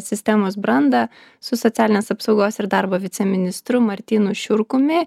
sistemos brandą su socialinės apsaugos ir darbo viceministru martynu šiurkumi